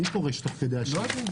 מי פורש תוך כדי השנה?